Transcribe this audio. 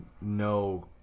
no